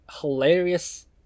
hilarious